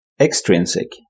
extrinsic